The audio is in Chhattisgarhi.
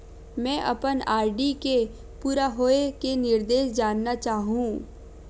मैं अपन आर.डी के पूरा होये के निर्देश जानना चाहहु